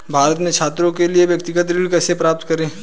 भारत में छात्रों के लिए व्यक्तिगत ऋण कैसे प्राप्त करें?